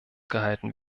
gehalten